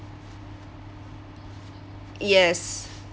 yes